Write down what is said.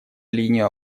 линию